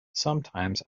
sometimes